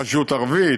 רשות ערבית,